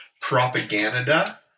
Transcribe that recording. Propaganda